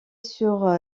sur